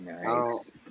Nice